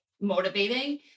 motivating